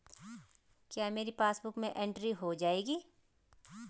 क्या मेरी पासबुक में एंट्री हो जाएगी?